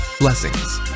Blessings